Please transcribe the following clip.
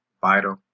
vital